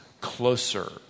closer